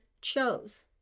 chose